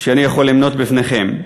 שאני יכול למנות בפניכם: